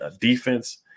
defense